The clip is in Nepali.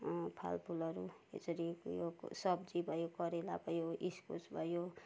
फलफुलहरू यसरी सब्जी भयो करेला भयो इस्कुस भयो